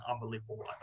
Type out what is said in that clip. unbelievable